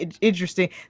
interesting